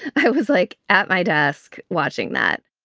it was like at my desk watching that